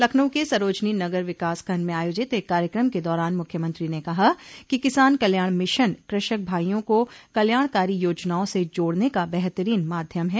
लखनऊ के सरोजनी नगर विकास खंड में आयोजित एक कार्यक्रम के दौरान मुख्यमंत्री ने कहा कि किसान कल्याण मिशन कृषक भाइयों को कल्याणकारी योजनाओं से जोड़ने का बेहतरीन माध्यम है